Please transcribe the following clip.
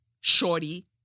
shorty